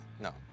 no